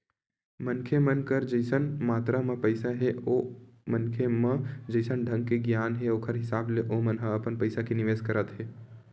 मनखे मन कर जइसन मातरा म पइसा हे ओ मनखे म जइसन ढंग के गियान हे ओखर हिसाब ले ओमन ह अपन पइसा के निवेस करत हे